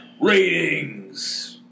Ratings